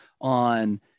on